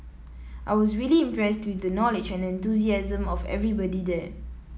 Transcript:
I was really impressed with the knowledge and enthusiasm of everybody there